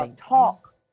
Talk